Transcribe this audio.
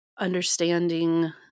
understanding